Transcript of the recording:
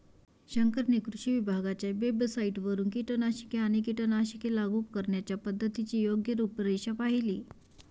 शंकरने कृषी विभागाच्या वेबसाइटवरून कीटकनाशके आणि कीटकनाशके लागू करण्याच्या पद्धतीची योग्य रूपरेषा पाहिली